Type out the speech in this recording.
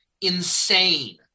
insane